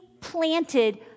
planted